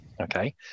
Okay